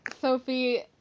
Sophie